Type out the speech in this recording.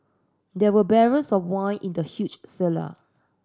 there were barrels of wine in the huge cellar